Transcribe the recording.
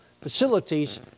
facilities